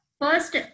first